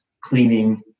cleaning